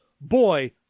boy